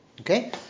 okay